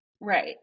Right